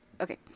Okay